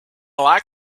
like